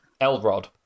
Elrod